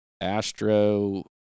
Astro